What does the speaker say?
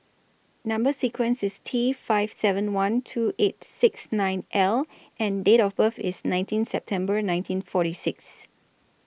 Number sequence IS T five seven one two eight six nine L and Date of birth IS nineteen September nineteen forty six